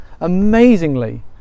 amazingly